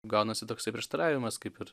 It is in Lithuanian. gaunasi toksai prieštaravimas kaip ir